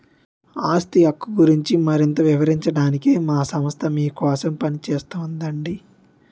ఆస్తి హక్కు గురించి మరింత వివరించడానికే మా సంస్థ మీకోసం పనిచేస్తోందండి